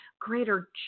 greater